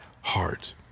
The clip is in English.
heart